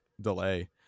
delay